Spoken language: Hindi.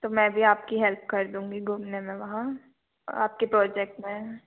तो मैं भी आपकी हेल्प कर दूँगी घूमने में वहाँ आपकी प्रोजेक्ट में